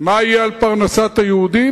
מה יהיה על פרנסת היהודים?